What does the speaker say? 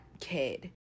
kid